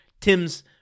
Tim's